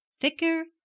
Thicker